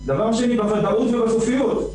דבר שני, בוודאות ובסופיות.